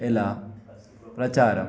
ఎలా ప్రచారం